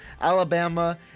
Alabama